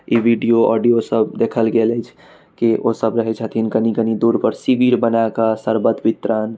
video audio सब देखल गेल अछि कि ओ सब रहै छथिन कनि कनि दूर पर शिविर बनाक शर्बत वितरण